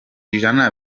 ijana